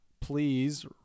Please